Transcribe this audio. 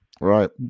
Right